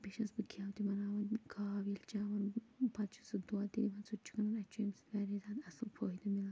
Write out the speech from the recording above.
بیٚیہِ چھیٚس بہٕ گیٛو تہِ بَناوان گاو ییٚلہِ چیٛاوان بہٕ پَتہٕ چھِ سُہ دۄدھ دوان سُہ تہِ چھِ اسہِ چھُ اَمہِ سۭتۍ واریاہ زیادٕ اصٕل فٲیدٕ میلان